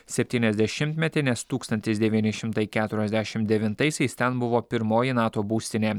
septyniasdešimtmetį nes tūkstantis devyni šimtai keturiasdešimt devintaisiais ten buvo pirmoji nato būstinė